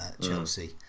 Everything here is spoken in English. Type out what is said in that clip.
Chelsea